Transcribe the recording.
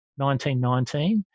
1919